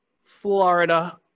Florida